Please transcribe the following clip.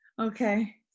Okay